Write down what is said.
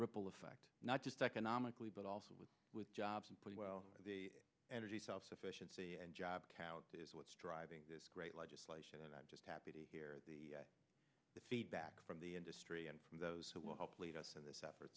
ripple effect not just economically but also with jobs and pretty well the energy self sufficiency and job is what's driving this great legislation and i'm just happy to hear the feedback from the industry and from those who will help lead us in this effort